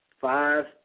five